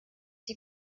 die